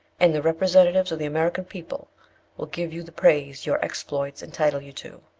and the representatives of the american people will give you the praise your exploits entitle you to.